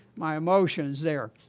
my emotions there.